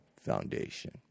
Foundation